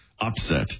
upset